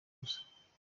ubusa